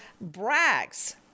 brags